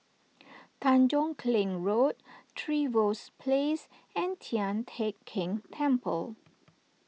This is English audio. Tanjong Kling Road Trevose Place and Tian Teck Keng Temple